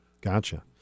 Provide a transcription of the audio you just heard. Gotcha